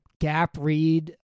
gap-read